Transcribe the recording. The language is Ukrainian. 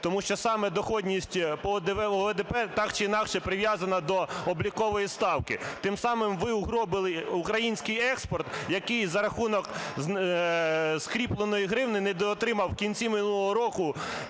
Тому що саме доходність по ОВДП так чи інакше прив’язана до облікової ставки. Тим ви самим ви угробили український експорт, який, за рахунок скріпленої гривні, недоотримав в кінці минулого року